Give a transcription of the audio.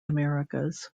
americas